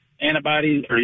antibodies